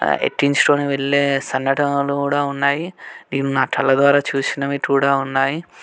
ఎక్కించుకొని వెళ్ళే సంఘటనలు కూడా ఉన్నాయి ఇవి నా కళ్ళ ద్వారా చూసినవి కూడా ఉన్నాయి